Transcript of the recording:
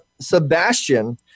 Sebastian